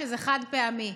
שזה חד-פעמי,